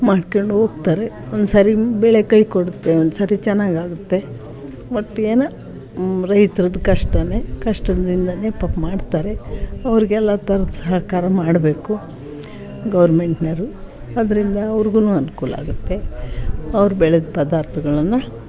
ಮಾಡ್ಕಂಡ್ ಹೋಗ್ತಾರೆ ಒಂದು ಸಾರಿ ಬೆಳೆ ಕೈ ಕೊಡುತ್ತೆ ಒಂದು ಸಾರಿ ಚೆನ್ನಾಗಿ ಆಗುತ್ತೆ ಒಟ್ಟು ಏನೋ ರೈತ್ರದ್ದು ಕಷ್ಟನೇ ಕಷ್ಟದಿಂದನೇ ಪಾಪ ಮಾಡ್ತಾರೆ ಅವ್ರ್ಗೆ ಎಲ್ಲ ಥರ್ದ ಸಹಕಾರ ಮಾಡಬೇಕು ಗೌರ್ಮೆಂಟ್ನೋರು ಅದರಿಂದ ಅವ್ರ್ಗು ಅನುಕೂಲ ಆಗುತ್ತೆ ಅವ್ರು ಬೆಳೆದ ಪದಾರ್ಥಗಳನ್ನ